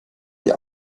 die